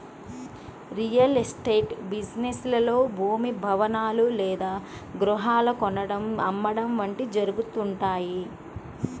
real estate business లో భూమి, భవనాలు లేదా గృహాలను కొనడం, అమ్మడం వంటివి జరుగుతుంటాయి